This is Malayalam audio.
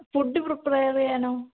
ഫുഡ് പ്രിപ്പയർ ചെയ്യാനോ